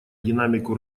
динамику